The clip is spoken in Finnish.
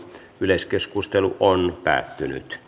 yleiskeskustelua ei syntynyt